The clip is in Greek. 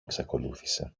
εξακολούθησε